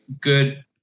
good